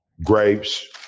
Grapes